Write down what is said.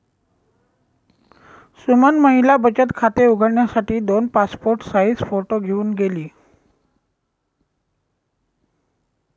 सुमन महिला बचत खाते उघडण्यासाठी दोन पासपोर्ट साइज फोटो घेऊन गेली